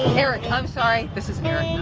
eric. i'm sorry. this is eric,